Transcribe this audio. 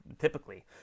typically